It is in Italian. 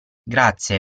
grazie